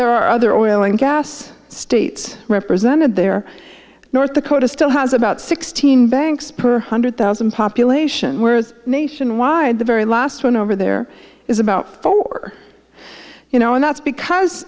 there are other oil and gas states represented there north dakota still has about sixteen banks per hundred thousand population whereas nationwide the very last one over there is about four you know and that's because